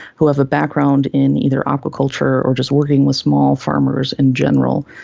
who have a background in either aquaculture or just working with small farmers in general,